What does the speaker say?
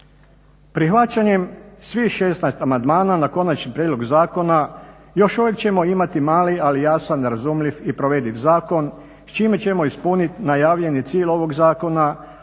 Prihvaćanjem svih 16 amandmana na konačni prijedlog zakona još uvijek ćemo imati mali ali jasan, razumljiv i provediv zakon s čime ćemo ispuniti najavljeni cilj ovog zakona